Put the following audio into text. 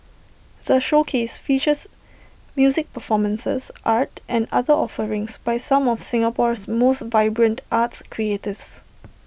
the showcase features music performances art and other offerings by some of Singapore's most vibrant arts creatives